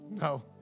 No